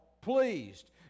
pleased